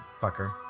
Fucker